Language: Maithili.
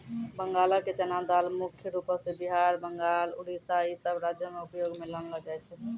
बंगालो के चना दाल मुख्य रूपो से बिहार, बंगाल, उड़ीसा इ सभ राज्यो मे उपयोग मे लानलो जाय छै